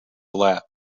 lap